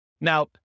Now